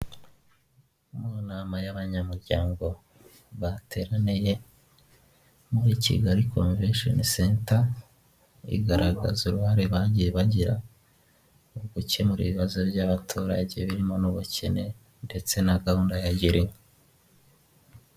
Mu nama y'abanyamuryango bateraniye muri Kigali komveshoni senta igaragaza uruhare bagiye bagira mu gukemura ibibazo by'abaturage birimo n'ubukene ndetse na gahunda ya gira inka.